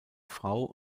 frau